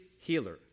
healer